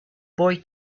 boy